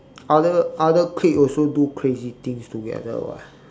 other other clique also do crazy things together [what]